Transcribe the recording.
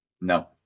no